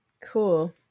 Cool